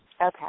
Okay